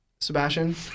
Sebastian